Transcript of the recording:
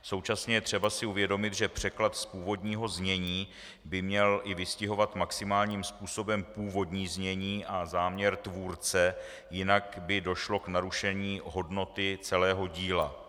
Současně je třeba si uvědomit, že překlad z původního znění by měl i vystihovat maximálním způsobem původní znění a záměr tvůrce, jinak by došlo k narušení hodnoty celého díla.